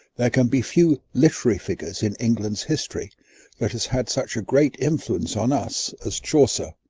there can be few literary figures in england's history that has had such a great influence on us as chaucer,